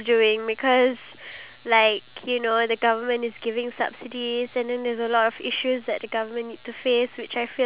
let's say your boss is under the government then then if you want to complain about the government you can complain but if let's say